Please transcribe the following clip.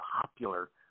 popular